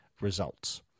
results